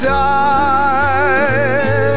die